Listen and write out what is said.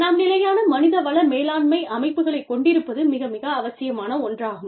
நாம் நிலையான மனித வள மேலாண்மை அமைப்புகளைக் கொண்டிருப்பது மிக மிக அவசியமான ஒன்றாகும்